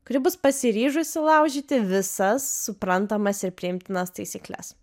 kuri bus pasiryžusi laužyti visas suprantamas ir priimtinas taisykles